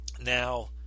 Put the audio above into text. Now